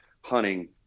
hunting